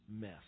mess